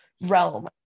realm